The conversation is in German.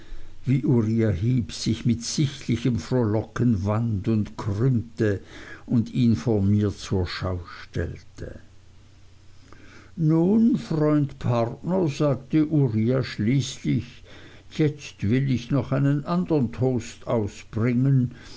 wie uriah heep sich mit sichtlichem frohlocken wand und krümmte und ihn vor mir zur schau stellte nun freund partner sagte uriah schließlich jetzt will ich noch einen andern toast ausbringen